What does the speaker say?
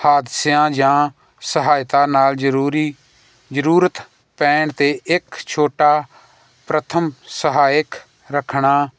ਹਾਦਸਿਆਂ ਜਾਂ ਸਹਾਇਤਾ ਨਾਲ ਜ਼ਰੂਰੀ ਜ਼ਰੂਰਤ ਪੈਣ 'ਤੇ ਇੱਕ ਛੋਟਾ ਪ੍ਰਥਮ ਸਹਾਇਕ ਰੱਖਣਾ